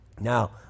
now